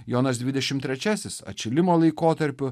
jonas dvidešim trečiasis atšilimo laikotarpiu